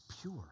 pure